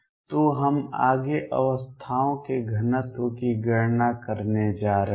तो हम आगे अवस्थाओं के घनत्व की गणना करने जा रहे हैं